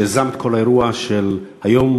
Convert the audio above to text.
שיזם את כל האירוע של היום,